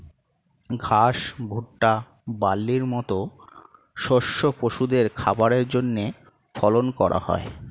ঘাস, ভুট্টা, বার্লির মত শস্য পশুদের খাবারের জন্যে ফলন করা হয়